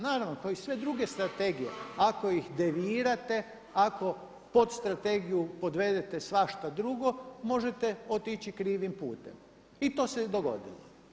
Naravno kao i sve druge strategije ako ih devirate, ako pod strategiju podvedete svašta drugo možete otići krivim putem i to se i dogodilo.